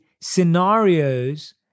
scenarios